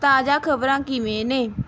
ਤਾਜਾ ਖ਼ਬਰਾਂ ਕਿਵੇਂ ਨੇ